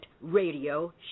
radio